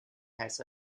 has